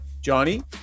Johnny